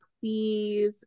please